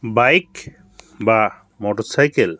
bike বা motorcycle